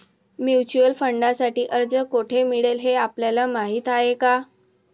Mutual फंडांसाठी अर्ज कोठे मिळेल हे आपल्याला माहीत आहे का?